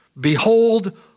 Behold